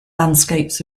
landscapes